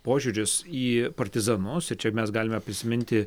požiūris į partizanus ir čia mes galime prisiminti